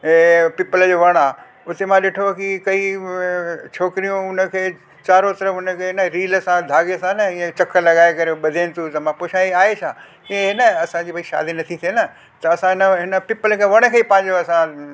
पिपल जो वणु आहे उते मां ॾिठो आहे की कई छोकरियूं उन खे चारो तर्फ़ु उन खे इन रील सां धा सां न हीअं चकर लॻाए करे ॿधनि थियूं त मां पुछा इहे आहे छा इहे न असांजी भई शादी न थी थिए न त असां हिन पिपल जे वण खे ई असां पंहिंजो असां